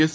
S